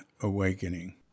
awakening